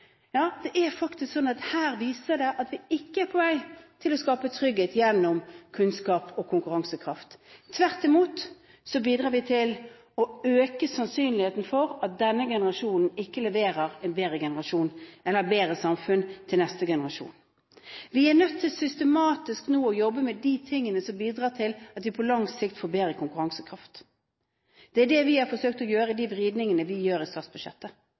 ja konkurransekraftbiten. Ja, det er faktisk slik at her viser det seg at vi ikke er på vei til å skape trygghet gjennom kunnskap og konkurransekraft. Tvert imot bidrar vi til å øke sannsynligheten for at denne generasjonen ikke leverer et bedre samfunn til neste generasjon. Vi er nødt til systematisk nå å jobbe med de tingene som bidrar til at vi på lang sikt får bedre konkurransekraft. Det er det vi har forsøkt i de vridningene vi gjør i statsbudsjettet.